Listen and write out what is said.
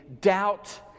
doubt